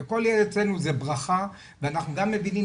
וכל ילד אצלנו זה ברכה ואנחנו גם מבינים,